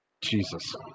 Jesus